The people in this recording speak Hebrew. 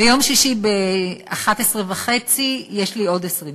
ביום שישי ב-11:30 יש לי עוד 20 דקות.